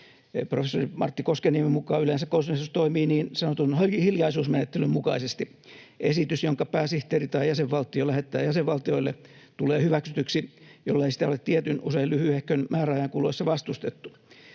Professori Martti Koskenniemen mukaan yleensä konsensus toimii niin sanotun hiljaisuusmenettelyn mukaisesti: esitys, jonka pääsihteeri tai jäsenvaltio lähettää jäsenvaltioille, tulee hyväksytyksi, jollei sitä ole tietyn, usein lyhyehkön, määräajan kuluessa vastustettu.